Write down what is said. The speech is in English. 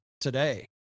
today